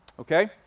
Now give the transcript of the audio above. Okay